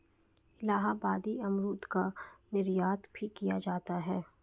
इलाहाबादी अमरूद का निर्यात भी किया जाता है